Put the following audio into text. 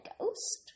ghost